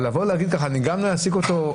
אבל להגיד: אני גם אעסיק אותו.